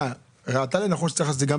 היית אומר לי, תשמע, רק